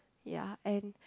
ya and